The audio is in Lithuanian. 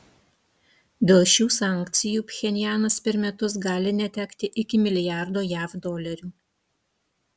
dėl šių sankcijų pchenjanas per metus gali netekti iki milijardo jav dolerių